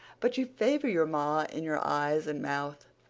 but you favor your ma in your eyes and mouth.